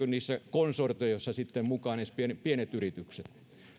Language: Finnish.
konsortioihin sitten pienet pienet yritykset mukaan